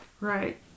Right